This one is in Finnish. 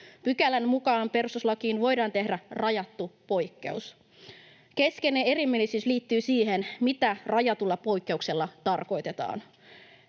Pykälän mukaan perustuslakiin voidaan tehdä rajattu poikkeus. Keskeinen erimielisyys liittyy siihen, mitä rajatulla poikkeuksella tarkoitetaan.